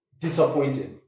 disappointed